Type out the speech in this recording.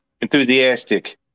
enthusiastic